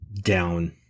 down